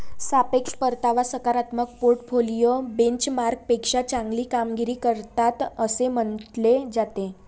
सापेक्ष परतावा सकारात्मक पोर्टफोलिओ बेंचमार्कपेक्षा चांगली कामगिरी करतात असे म्हटले जाते